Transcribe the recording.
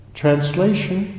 translation